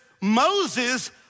Moses